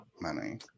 money